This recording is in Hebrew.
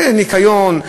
בניקיון,